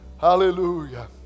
Hallelujah